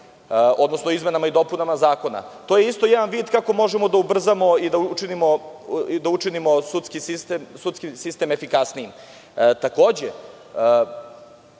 odnosno izmenama i dopunama zakona. To je isto jedan vid kako možemo da ubrzamo i da učinimo sudski sistem efikasnijim. Takođe,